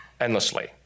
endlessly